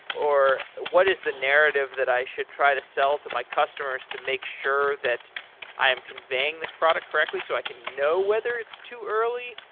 or what is the narrative that i should try to sell to my customers to make sure that i'm conveying this product correctly so i can know whether it's too early.